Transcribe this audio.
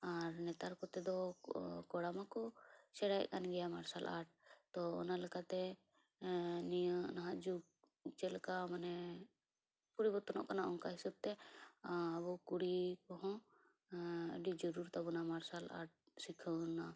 ᱟᱨ ᱱᱮᱛᱟᱨ ᱠᱚᱛᱮ ᱫᱚ ᱠᱚᱲᱟ ᱢᱟᱠᱚ ᱥᱮᱬᱟᱭᱮᱫ ᱠᱟᱱ ᱜᱮᱭᱟ ᱢᱟᱨᱥᱟᱞ ᱟᱨᱴ ᱛᱚ ᱚᱱᱟ ᱞᱮᱠᱟᱛᱮ ᱱᱤᱭᱟᱹ ᱱᱟᱦᱟᱜ ᱡᱩᱜᱽ ᱪᱮᱫ ᱞᱮᱠᱟ ᱢᱟᱱᱮ ᱯᱚᱨᱤᱵᱚᱨᱛᱚᱱᱚᱜ ᱠᱟᱱᱟ ᱚᱱᱠᱟ ᱦᱤᱥᱟᱹᱵ ᱛᱮ ᱟᱵᱚ ᱠᱩᱲᱤ ᱠᱚᱦᱚᱸ ᱟᱹᱰᱤ ᱡᱟᱹᱨᱩᱨ ᱛᱟᱵᱚᱱᱟ ᱢᱟᱨᱥᱟᱞ ᱟᱨᱴ ᱥᱤᱠᱷᱟᱹᱣᱱᱟ ᱟᱨ